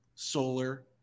solar